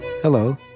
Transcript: Hello